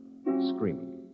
screaming